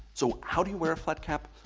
so how do you wear a flat cap?